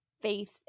faith